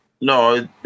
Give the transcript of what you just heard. No